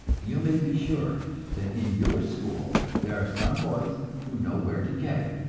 you may be sure that in your school there are some boys who know where to get it,